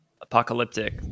apocalyptic